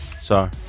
Sorry